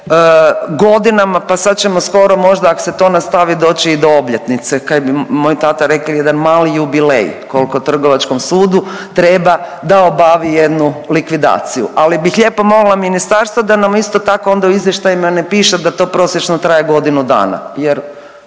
godinama, pa sad ćemo skoro možda ako se to nastavi doći i do obljetnice kaj bi moj tata rekel jedan mali jubilej koliko Trgovačkog sudu treba da obavi jednu likvidaciju. Ali bih lijepo molila ministarstvo da nam isto tako onda u izvještajima ne piše da to prosječno traje godinu dana,